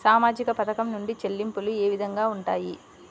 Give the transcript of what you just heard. సామాజిక పథకం నుండి చెల్లింపులు ఏ విధంగా ఉంటాయి?